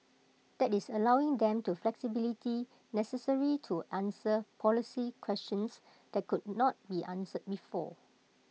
that is allowing them the flexibility necessary to answer policy questions that could not be answered before